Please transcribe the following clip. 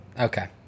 Okay